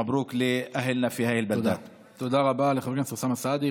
מברוכ לאנשינו ביישובים האלה.) תודה רבה לחבר הכנסת אוסאמה סעדי.